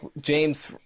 James –